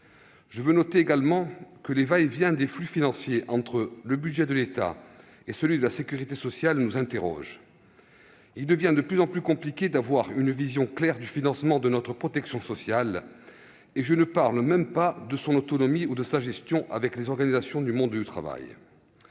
Je note également que les va-et-vient de flux financiers entre le budget de l'État et celui de la sécurité sociale ne laissent pas d'interroger. Il devient de plus en plus compliqué d'avoir une vision claire du financement de notre protection sociale, et je ne parle même pas de son autonomie ou de sa gestion avec les organisations du monde du travail.